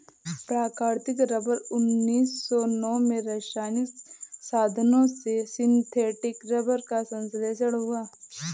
प्राकृतिक रबर उन्नीस सौ नौ में रासायनिक साधनों से सिंथेटिक रबर का संश्लेषण हुआ